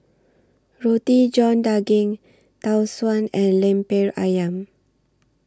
Roti John Daging Tau Suan and Lemper Ayam